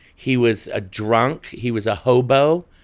he was a drunk. he was a hobo.